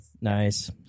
nice